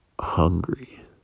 hungry